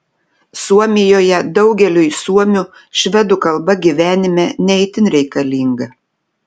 suomijoje daugeliui suomių švedų kalba gyvenime ne itin reikalinga